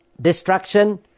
Destruction